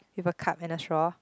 with a cup and a straw